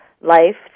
life